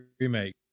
Remake